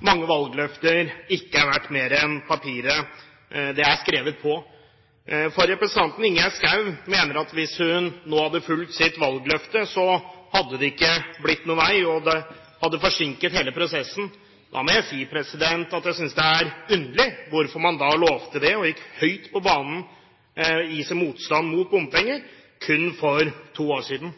mange valgløfter ikke er verdt mer enn papiret de er skrevet på, for representanten Ingjerd Schou mener at hvis hun nå hadde fulgt sitt valgløfte, hadde det ikke blitt noen vei, og det hadde forsinket hele prosessen. Da må jeg si at jeg synes det er underlig at man lovte det – og gikk høyt på banen i sin motstand mot bompenger for kun to år siden.